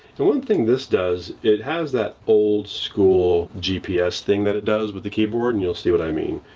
and one thing this does, it has that old school gps thing that it does with the keyboard. and you'll see what i mean.